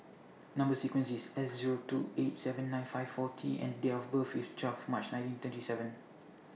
Number sequence IS S Zero two eight seven nine five four T and Date of birth IS twelve March nineteen twenty seven